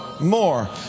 more